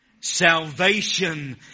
Salvation